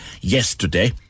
yesterday